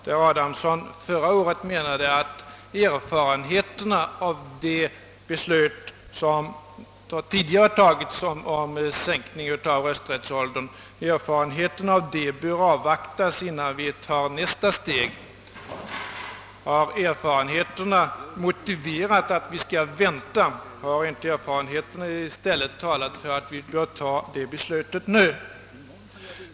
Herr Adamsson menade att erfarenheterna av det beslut som tidigare fattats om sänkning av rösträttsåldern bör avvaktas innan vi tar nästa steg. Har verkligen erfarenheterna motiverat att vi skall vänta? Har inte erfarenheterna i stället talat för att vi bör ta beslutet nu?